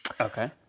Okay